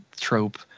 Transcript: trope